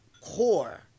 core